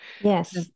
yes